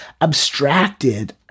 abstracted